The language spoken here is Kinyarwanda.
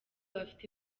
bafite